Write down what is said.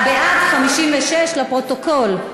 בעד, 56. לפרוטוקול.